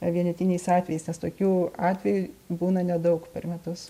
vienetiniais atvejais nes tokių atvej būna nedaug per metus